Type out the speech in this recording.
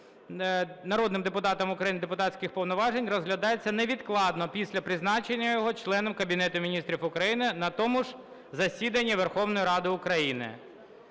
народним депутатом України депутатських повноважень розглядається невідкладно після призначення його членом Кабінету Міністрів України на тому ж засіданні Верховної Ради України.